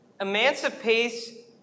emancipate